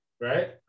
right